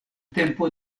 tempo